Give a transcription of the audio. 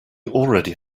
already